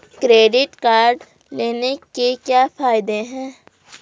Credit card लेने के क्या फायदे हैं?